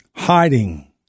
Hiding